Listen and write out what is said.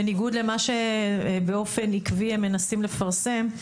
בניגוד למה שבאופן עקבי הם מנסים לפרסם,